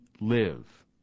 live